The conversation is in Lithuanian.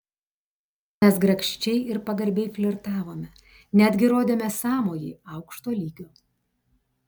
mes grakščiai ir pagarbiai flirtavome ir netgi rodėme sąmojį aukšto lygio